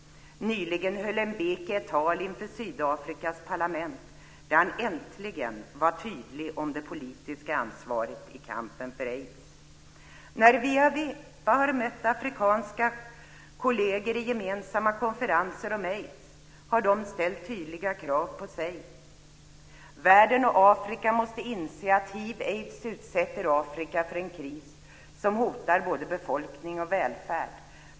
Nyligen höll Mbeki ett tal inför Sydafrikas parlament där han - äntligen - var tydlig om det politiska ansvaret i kampen för aids. När vi inom Awepa har mött afrikanska kolleger på gemensamma konferenser om aids har de ställt tydliga krav på sig själva. Världen och Afrika måste inse att hiv/aids utsätter Afrika för en kris som hotar både befolkning och välfärd.